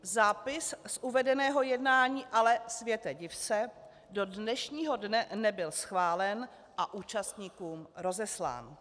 Zápis z uvedeného jednání ale, světe div se, do dnešního dne nebyl schválen a účastníkům rozeslán.